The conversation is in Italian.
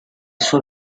suo